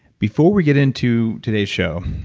before we get into today's show,